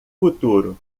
futuro